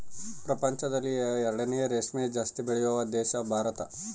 ಪ್ರಪಂಚದಲ್ಲಿ ಎರಡನೇ ರೇಷ್ಮೆ ಜಾಸ್ತಿ ಬೆಳೆಯುವ ದೇಶ ಭಾರತ